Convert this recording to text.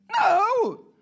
No